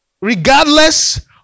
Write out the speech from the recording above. regardless